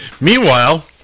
Meanwhile